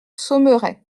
saumeray